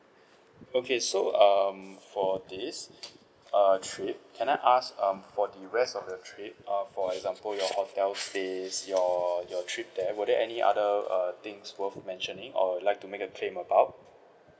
okay so um for this err trip can I ask um for the rest of the trip err for example your hotel stays your your trip there were there any other err things worth mentioning or like to make a claim about